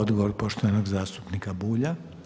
Odgovor poštovanog zastupnika Bulja.